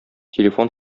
телефон